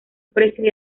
precios